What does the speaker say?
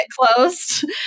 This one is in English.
closed